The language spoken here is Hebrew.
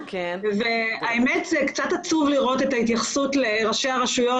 האמת שקצת עצוב לראות את ההתייחסות לראשי הרשויות